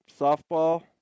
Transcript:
Softball